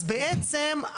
אז בעצם,